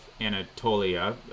Anatolia